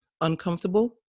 uncomfortable